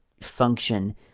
function